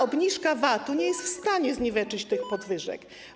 Obniżka VAT-u i tak nie jest w stanie zniweczyć tych podwyżek.